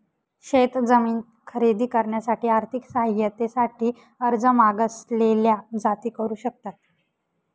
शेत जमीन खरेदी करण्यासाठी आर्थिक सहाय्यते साठी अर्ज मागासलेल्या जाती करू शकतात